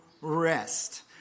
rest